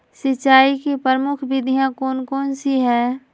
सिंचाई की प्रमुख विधियां कौन कौन सी है?